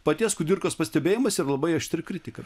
paties kudirkos pastebėjimas ir labai aštri kritika